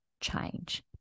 change